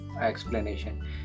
explanation